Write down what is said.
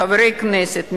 חברי הכנסת,